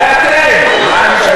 זה אתם.